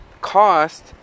cost